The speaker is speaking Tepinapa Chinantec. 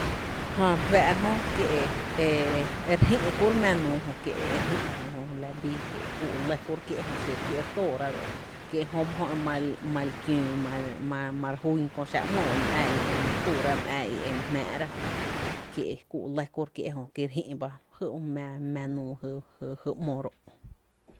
Jää re fⱥⱥ’ra jö jää kie’ e e re jï’ kuro’ mⱥⱥ nuu jö, kie’ e re jï jö jö la bíí kié’ kúú’ lɇ kié’ jö xiro re kiö’ re tóóra ro’ kie’ ejöba jö e mal kiöö ma ma re jún köö xá’ ‘mó ro’ my ää í’ e my túra my ää í’ e my jmⱥⱥ’ra kié’ kúú’ lɇ kuro’ kié’ jö ki e re jï’ ba jy mⱥⱥ nuu jy ‘mo ro’.